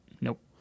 Nope